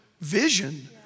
vision